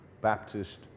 Baptist